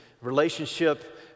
relationship